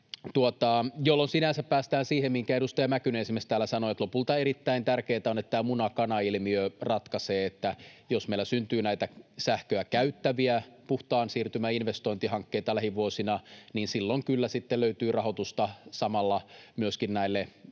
Tällöin sinänsä päästään siihen, minkä esimerkiksi edustaja Mäkynen täällä sanoi, että lopulta erittäin tärkeätä on, että tämä muna—kana-ilmiö ratkaisee: jos meillä syntyy näitä sähköä käyttäviä puhtaan siirtymän investointihankkeita lähivuosina, niin silloin kyllä sitten löytyy rahoitusta samalla myöskin näille